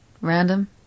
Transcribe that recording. Random